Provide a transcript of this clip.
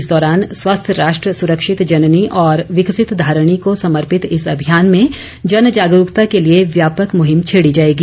इस दौरान स्वस्थ राष्ट्र सुरक्षित जननी और विकसित धारिणी को समर्पित इस अभियान में जन जागरूकता के लिए व्यापक मुहिम छेड़ी जाएगी